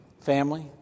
Family